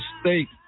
state